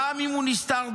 גם אם הוא נסתר.